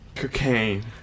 cocaine